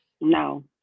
No